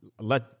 let